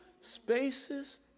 spaces